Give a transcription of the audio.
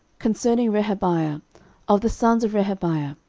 concerning rehabiah of the sons of rehabiah,